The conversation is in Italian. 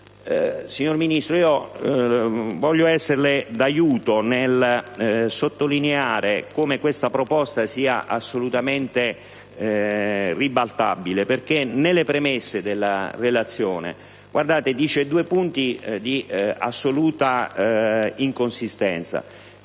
Signor Ministro, voglio esserle di aiuto nel sottolineare come questa proposta sia assolutamente ribaltabile, perché nelle premesse della relazione ci sono due punti di assoluta inconsistenza.